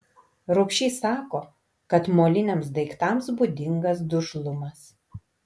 rubšys sako kad moliniams daiktams būdingas dužlumas